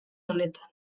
honetan